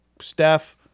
Steph